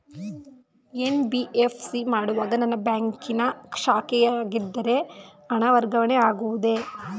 NBFC ಮಾಡುವಾಗ ನನ್ನ ಬ್ಯಾಂಕಿನ ಶಾಖೆಯಾಗಿದ್ದರೆ ಹಣ ವರ್ಗಾವಣೆ ಆಗುವುದೇ?